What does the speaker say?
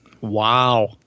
Wow